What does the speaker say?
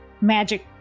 magic